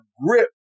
grip